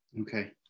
Okay